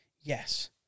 Yes